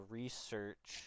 research